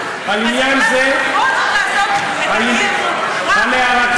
אז החלטנו בכל זאת לעשות את האי-אמון,